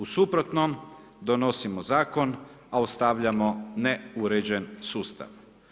U suprotnom, donosimo zakon a ostavljamo neuređen sustav.